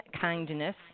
Kindness